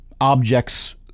objects